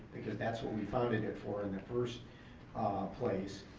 because that's what we founded it for in the first place.